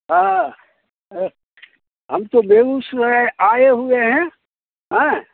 हाँ हम तो बेगूसराय आए हुए हैं हाँ